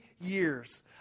years